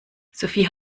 sophie